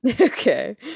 Okay